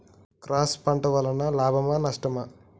Cross పంట వలన లాభమా నష్టమా?